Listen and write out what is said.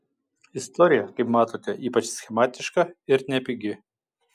istorija kaip matote ypač schematiška ir nepigi